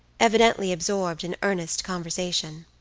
evidently absorbed in earnest conversation.